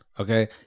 Okay